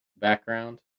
background